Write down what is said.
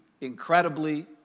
incredibly